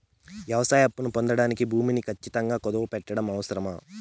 వ్యవసాయ అప్పు పొందడానికి భూమిని ఖచ్చితంగా కుదువు పెట్టడం అవసరమా?